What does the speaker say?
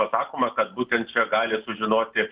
pasakoma kad būtent čia gali sužinoti